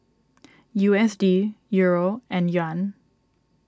U S D Euro and Yuan